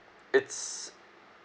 it's